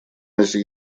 азии